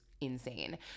insane